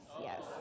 yes